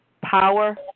power